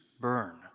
burn